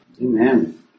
Amen